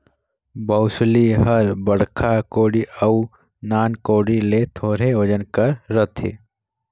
बउसली हर बड़खा कोड़ी अउ नान कोड़ी ले थोरहे ओजन कर रहथे